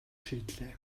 шийдлээ